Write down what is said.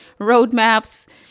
roadmaps